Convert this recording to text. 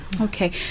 Okay